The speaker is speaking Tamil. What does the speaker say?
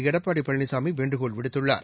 எடப்பாடிபழனிசாமிவேண்டுகோள் விடுத்துள்ளார்